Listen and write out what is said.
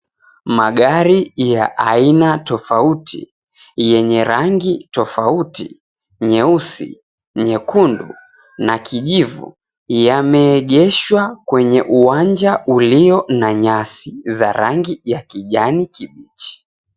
Magari ya aina tofauti yenye rangi tofauti nyeusi, nyekundu na kijivu yameegeshwa kwenye uwanja ulio na nyasi za rangi ya kijani kibichi.